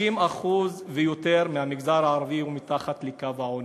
50% ויותר מהמגזר הערבי הם מתחת לקו העוני.